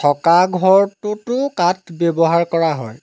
থকা ঘৰটোতো কাঠ ব্যৱহাৰ কৰা হয়